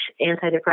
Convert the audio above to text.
antidepressant